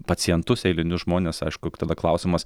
pacientus eilinius žmones aišku tada klausimas